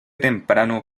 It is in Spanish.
temprano